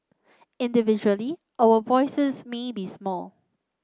individually our voices may be small